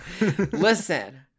Listen